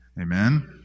Amen